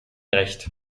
recht